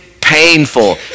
painful